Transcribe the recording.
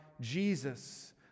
Jesus